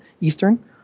Eastern